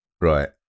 Right